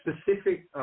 specific